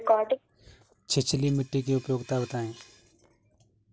छिछली मिट्टी की उपयोगिता बतायें?